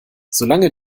solange